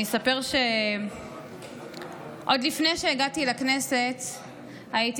אני אספר שעוד לפני שהגעתי לכנסת הייתי